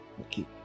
Okay